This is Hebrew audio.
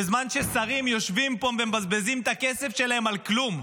בזמן ששרים יושבים פה ומבזבזים את הכסף שלהם על כלום.